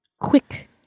quick